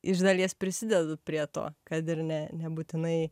iš dalies prisidedu prie to kad ir ne nebūtinai